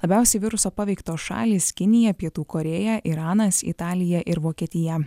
labiausiai viruso paveiktos šalys kinija pietų korėja iranas italija ir vokietija